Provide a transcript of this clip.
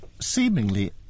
seemingly